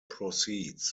proceeds